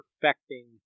perfecting